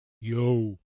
yo